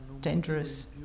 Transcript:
dangerous